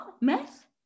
math